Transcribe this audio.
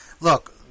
Look